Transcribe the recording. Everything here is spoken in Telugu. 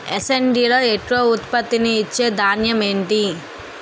యాసంగిలో ఎక్కువ ఉత్పత్తిని ఇచే ధాన్యం ఏంటి?